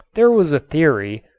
there was a theory,